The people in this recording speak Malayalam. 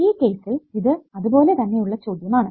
ഈ കേസിൽ ഇത് അതുപോലെ തന്നെ ഉള്ള ചോദ്യം ആണ്